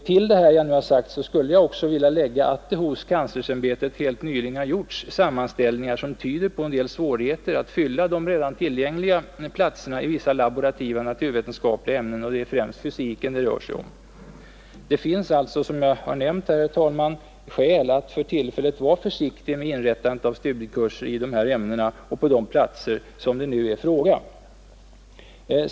Till vad jag nu sagt skulle jag också vilja lägga, att det hos universitetskanslersämbetet helt nyligen har gjorts sammanställningar, som tyder på en del svårigheter att fylla de redan tillgängliga platserna i vissa laborativa naturvetenskapliga ämnen, främst fysik. Det finns alltså som jag nämnt, herr talman, skäl att för tillfället vara försiktig med inrättandet av studiekurser i de ämnen och på de platser som nu är i fråga.